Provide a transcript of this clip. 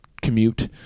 commute